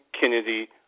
Kennedy